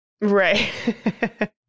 Right